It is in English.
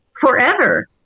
forever